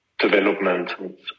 development